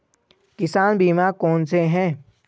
किसान बीमा कौनसे हैं?